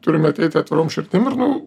turime ateiti atvirom širdim ir nu